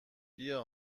بیا